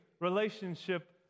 relationship